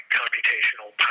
computational